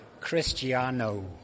Cristiano